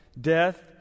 death